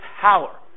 power